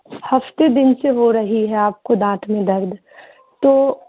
ہفتے دن سے ہو رہی ہے آپ کو دانت میں درد تو